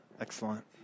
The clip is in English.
Excellent